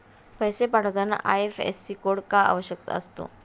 पैसे पाठवताना IFSC code का आवश्यक असतो?